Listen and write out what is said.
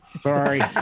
Sorry